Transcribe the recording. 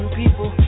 people